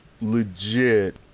legit